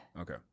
Okay